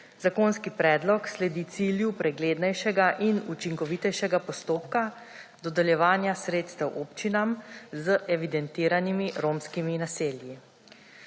Zakonski predlog sledi cilju preglednejšega in učinkovitejšega postopka dodeljevanja sredstev občinam z evidentiranimi romskimi naselji.